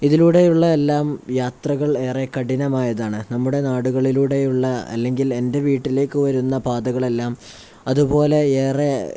ഇതിലൂടെയെല്ലാമുള്ള യാത്രകൾ ഏറെ കഠിനമായതാണ് നമ്മുടെ നാടുകളിലൂടെയുള്ള അല്ലെങ്കിൽ എൻ്റെ വീട്ടിലേക്ക് വരുന്ന പാതകളെല്ലാം അതുപോലെ ഏറെ